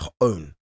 own